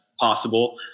possible